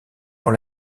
pour